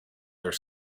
their